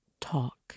talk